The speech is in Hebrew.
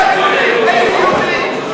הבית היהודי.